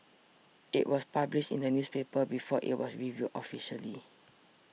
it was published in the newspaper before it was revealed officially